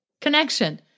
connection